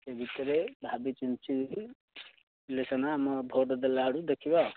ସେଇ ବିଷୟରେ ଭାବି ଚିନ୍ତିକି ଇଲେକଶନ୍ ଆମ ଭୋଟ୍ ଦେଲା ବେଳକୁ ଦେଖିବା ଆଉ